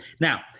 Now